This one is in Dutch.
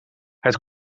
het